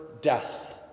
death